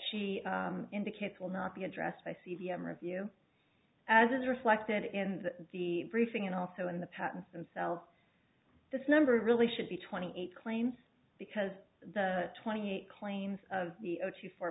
she indicates will not be addressed by c p m review as is reflected in the briefing and also in the patents themselves this number really should be twenty eight claims because the twenty eight claims of the o t four